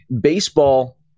baseball